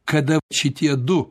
kada šitie du